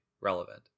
relevant